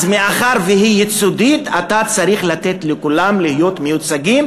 אז מאחר שהיא ייצוגית אתה צריך לתת לכולם להיות מיוצגים,